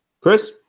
Chris